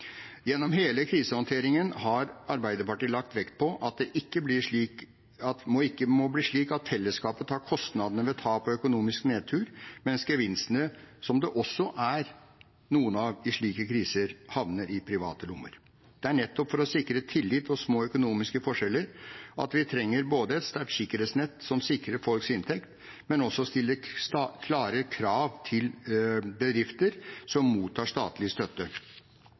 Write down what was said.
Gjennom hele krisehåndteringen har Arbeiderpartiet lagt vekt på at det ikke må bli slik at fellesskapet tar kostnadene ved tap og økonomisk nedtur, mens gevinstene, som det også er noen av i slike kriser, havner i private lommer. Det er nettopp for å sikre tillit og små økonomiske forskjeller at vi ikke bare trenger et sterkt sikkerhetsnett som sikrer folks inntekt, men også stiller klare krav til bedrifter som mottar statlig støtte.